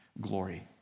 glory